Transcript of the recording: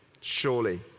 Surely